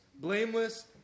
blameless